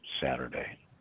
Saturday